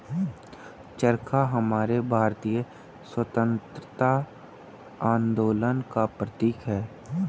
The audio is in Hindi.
चरखा हमारे भारतीय स्वतंत्रता आंदोलन का प्रतीक है